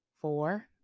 four